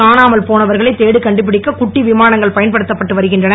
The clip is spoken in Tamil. காணாமல் போனவர்களை தேடிக் கண்டுபிடிக்க குட்டி விமானங்கள் பயன்படுத்தப்பட்டு வருகின்றன